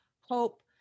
Hope